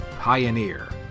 Pioneer